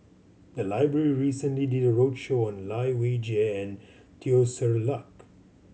the library recently did a roadshow on Lai Weijie and Teo Ser Luck